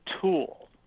tool